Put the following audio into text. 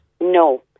no